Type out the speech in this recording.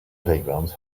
playgrounds